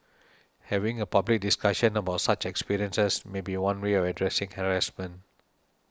having a public discussion about such experiences may be one way of addressing harassment